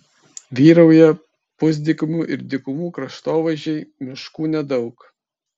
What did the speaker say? vyrauja pusdykumių ir dykumų kraštovaizdžiai miškų nedaug